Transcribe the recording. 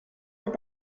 with